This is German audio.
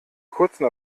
kurzen